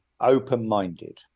open-minded